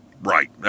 right